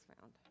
found